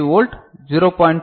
3 volt 0